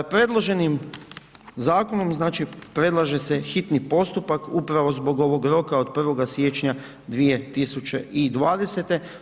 Predloženim zakonom znači predlaže se hitni postupak upravo zbog ovog roka od 1. siječnja 2020.